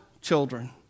children